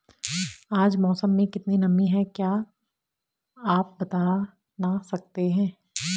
आज मौसम में कितनी नमी है क्या आप बताना सकते हैं?